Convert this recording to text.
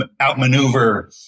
outmaneuver